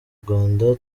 rwanda